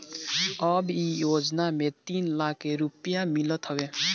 अब इ योजना में तीन लाख के रुपिया मिलत हवे